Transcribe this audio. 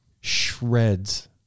shreds